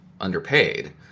underpaid